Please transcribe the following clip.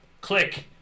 Click